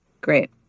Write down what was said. Great